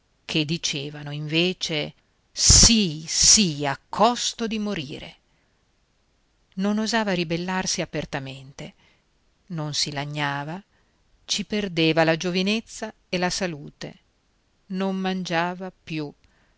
che dicevano invece sì sì a costo di morirne non osava ribellarsi apertamente non si lagnava ci perdeva la giovinezza e la salute non mangiava più